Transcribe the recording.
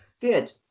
Good